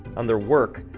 on their work,